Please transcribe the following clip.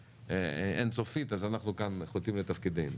אין סופית אז אנחנו כאן חוטאים לתפקידנו.